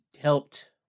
helped